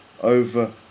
over